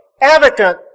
advocate